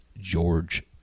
george